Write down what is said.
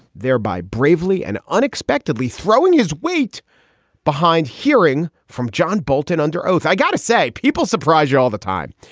thereby bravely and unexpectedly throwing his weight behind hearing from john bolton under oath. i got to say, say, people surprise you all the time.